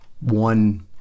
One